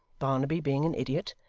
barnaby being an idiot,